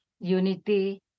unity